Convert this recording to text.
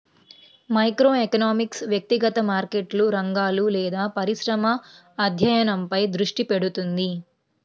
microeconomics వ్యక్తిగత మార్కెట్లు, రంగాలు లేదా పరిశ్రమల అధ్యయనంపై దృష్టి పెడుతుంది